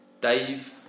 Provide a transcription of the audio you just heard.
Dave